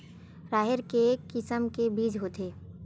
राहेर के किसम के बीज होथे?